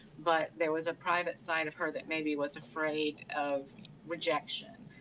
but there was a private side of her that maybe was afraid of rejection.